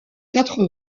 quatre